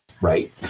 Right